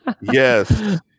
Yes